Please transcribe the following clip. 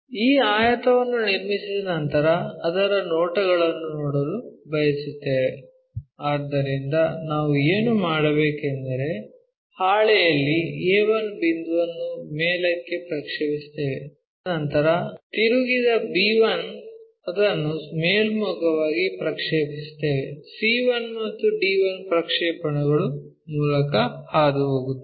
ಈ ಆಯತವನ್ನು ನಿರ್ಮಿಸಿದ ನಂತರ ಅದರ ನೋಟಗಳನ್ನು ನೋಡಲು ಬಯಸುತ್ತೇವೆ ಆದ್ದರಿಂದ ನಾವು ಏನು ಮಾಡಬೇಕೆಂದರೆ ಹಾಳೆಯಲ್ಲಿ a1 ಬಿಂದುವನ್ನು ಮೇಲಕ್ಕೆ ಪ್ರಕ್ಷೇಪಿಸುತ್ತೇವೆ ನಂತರ ತಿರುಗಿದ b1 ಅದನ್ನು ಮೇಲ್ಮುಖವಾಗಿ ಪ್ರಕ್ಷೇಪಿಸುತ್ತೇವೆ c1 ಮತ್ತು d1 ಪ್ರಕ್ಷೇಪಣಗಳು ಮೂಲಕ ಹಾದುಹೋಗುತ್ತವೆ